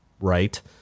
right